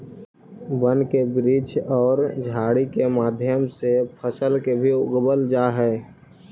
वन के वृक्ष औउर झाड़ि के मध्य से फसल के भी उगवल जा हई